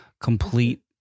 complete